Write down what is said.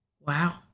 Wow